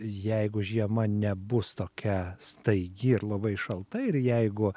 jeigu žiema nebus tokia staigi ir labai šalta ir jeigu